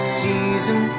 season